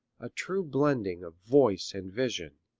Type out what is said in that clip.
a true blending of voice and vision.